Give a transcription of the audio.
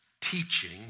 teaching